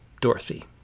Dorothy